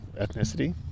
ethnicity